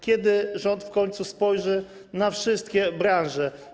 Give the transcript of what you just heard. Kiedy rząd w końcu spojrzy na wszystkie branże?